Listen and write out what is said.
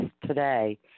today